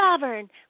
sovereign